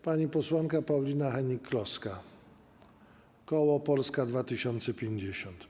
Pani posłanka Paulina Hennig-Kloska, koło Polska 2050.